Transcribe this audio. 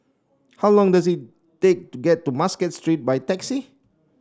how long does it take to get to Muscat Street by taxi